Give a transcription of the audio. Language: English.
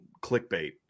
clickbait